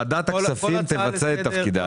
ועדת הכספים תבצע את תפקידה.